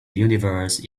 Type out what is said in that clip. universe